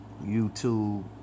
YouTube